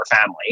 family